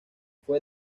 fue